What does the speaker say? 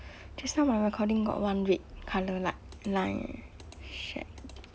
just now my recording got one red colour like line eh shit